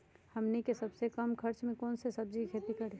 हमनी के सबसे कम खर्च में कौन से सब्जी के खेती करी?